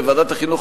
בוועדת החינוך,